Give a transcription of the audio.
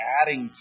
adding